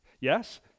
yes